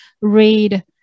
read